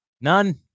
None